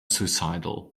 suicidal